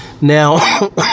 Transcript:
Now